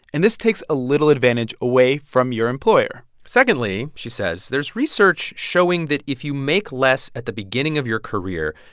and this takes a little advantage away from your employer secondly, she says, there's research showing that if you make less at the beginning of your career,